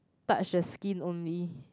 touch the skin only